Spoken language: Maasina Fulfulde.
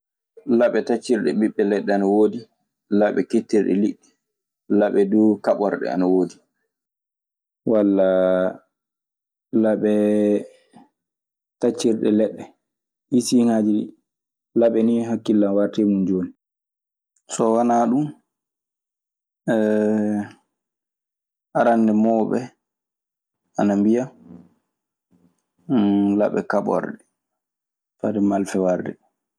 Laɓe taccirɗe ɓiɓɓe leɗɗe ana woodi, laɓe kettirɗe liɗɗi ana woodi, laɓe duu kaɓorɗe ana woodi. Walla maɓe taccirde leɗɗe. Ɗi siiŋaaji laɓe nii hakkille an warta e mun jooni. So wanaa ɗun, arannde mawɓe ana mbiya laɓe kaɓorɗe fade malfe warde.